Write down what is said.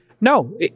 No